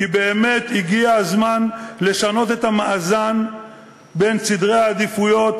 כי באמת הגיע הזמן לשנות את המאזן בין סדרי העדיפויות,